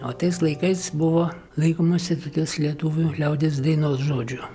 o tais laikais buvo laikomasi tokios lietuvių liaudies dainos žodžių